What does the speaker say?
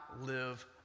live